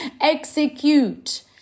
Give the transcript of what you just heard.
execute